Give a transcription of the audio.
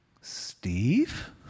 Steve